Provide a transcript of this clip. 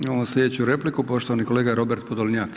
Imamo sljedeću repliku, poštovani kolega Robert POdolnjak.